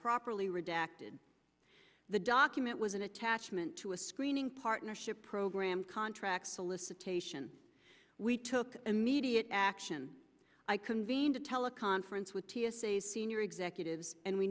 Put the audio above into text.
properly redacted the document was an attachment to a screening partnership program contract solicitation we took immediate action i convened a teleconference with t s a senior executives and we